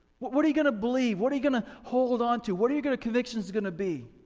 what what are you gonna believe? what are you gonna hold on to? what are you gonna convictions is gonna be?